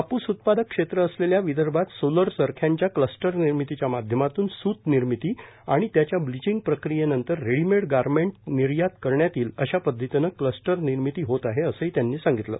कापूस उत्पादक क्षेत्र असलेल्या विदर्भात सोलर चरख्यांच्या क्लस्टर निर्मितीच्या माध्यमातून सुतनिर्मिती आणि त्यांच्या ब्लिचींग प्रक्रियेनंतर रेडीमेड गारमेंट निर्यात करण्यात येईलर अशा पद्धतीनं क्लस्टर निर्मिती होत आहेर असंही त्यांनी सांगितलं